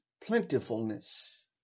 plentifulness